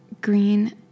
green